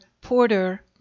porter